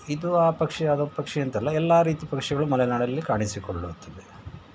ಇದು ಆ ಪಕ್ಷಿ ಅದು ಪಕ್ಷಿ ಅಂತಲ್ಲ ಎಲ್ಲ ರೀತಿ ಪಕ್ಷಿಗಳು ಮಲೆನಾಡಲ್ಲಿ ಕಾಣಿಸಿಕೊಳ್ಳುತ್ತವೆ